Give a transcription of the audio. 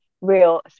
real